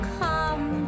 come